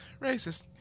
racist